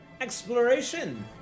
exploration